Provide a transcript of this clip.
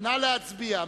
נא להצביע.